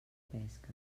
pesca